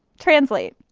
translate!